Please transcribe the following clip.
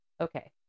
Okay